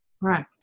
right